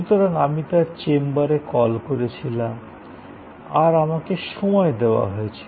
সুতরাং আমি তার চেম্বারে কল করেছিলাম আর আমাকে সময় দেওয়া হয়েছিল